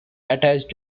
attached